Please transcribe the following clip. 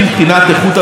תודה רבה.